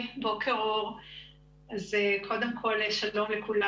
טוב, שלום לכולם.